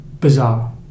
bizarre